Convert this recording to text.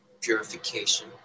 purification